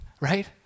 right